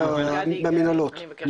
גדי אני מבקשת.